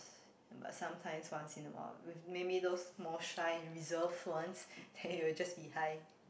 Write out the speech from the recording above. but sometimes once in a while with maybe those small shy reserved ones then you will just be hi